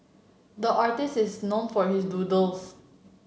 the artist is known for his doodles